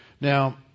Now